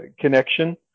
connection